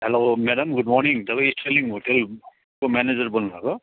hello madam good morning तपाईँ Sterling होटेलको manager बोल्नुभएको हो